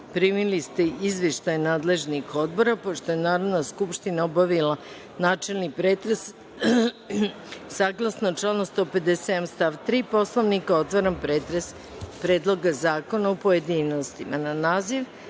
zakona. Primili ste izveštaje nadležnih odbora. Pošto je Narodna skupština obavila načelni pretres, saglasno članu 157. stav 3. Poslovnika, otvaram pretres Predloga zakona u pojedinostima. Na